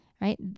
right